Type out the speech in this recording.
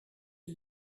est